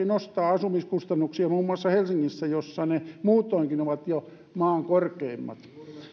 nostaa asumiskustannuksia muun muassa helsingissä jossa ne muutoinkin ovat jo maan korkeimmat